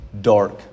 dark